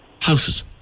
houses